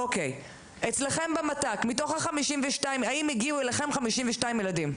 אצלכם במת"ק, מתוך ה-52 האם הגיעו אליכם 52 ילדים?